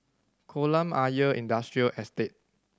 Kolam Ayer Industrial Estate